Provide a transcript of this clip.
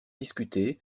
discuter